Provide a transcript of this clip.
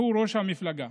שהוא ראש המפלגה.